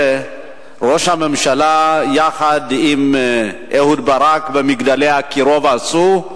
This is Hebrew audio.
שראש הממשלה יחד עם אהוד ברק ב"מגדלי אקירוב" עשו,